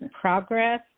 progress